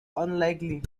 unlikely